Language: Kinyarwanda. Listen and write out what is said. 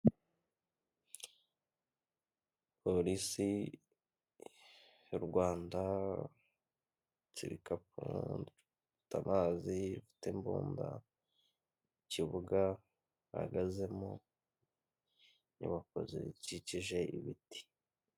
Polisi y'u Rwanda ihetse ibikapu, ifite amazi, ifite imbunda ikibuga ahagazemo n'inyubako zikikije ibiti.